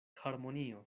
harmonio